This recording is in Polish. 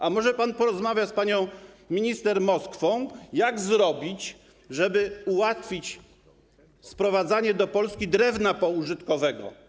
A może pan porozmawia z panią minister Moskwą, jak zrobić, żeby ułatwić sprowadzanie do Polski drewna poużytkowego?